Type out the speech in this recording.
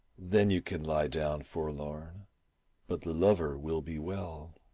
then you can lie down forlorn but the lover will be well.